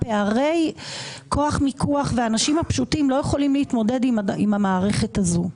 פערי הכוח מיקוח ואנשים הפשוטים לא יכולים להתמודד עם המערכת הזאת.